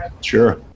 Sure